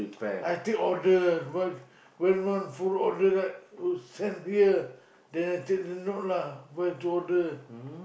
I take order but when want follow order right then send beer then I take the note lah where to order